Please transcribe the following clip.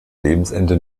lebensende